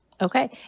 Okay